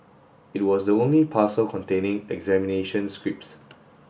it was the only parcel containing examination scripts